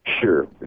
sure